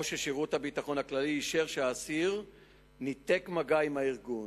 או ששירות הביטחון הכללי אישר שהאסיר ניתק מגע עם הארגון.